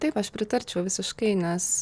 taip aš pritarčiau visiškai nes